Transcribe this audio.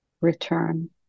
return